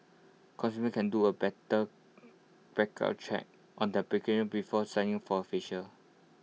consumers can do A better background check on their before signing for A facial